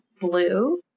blue